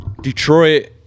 Detroit